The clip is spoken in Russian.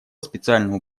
специальному